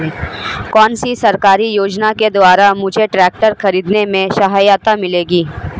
कौनसी सरकारी योजना के द्वारा मुझे ट्रैक्टर खरीदने में सहायता मिलेगी?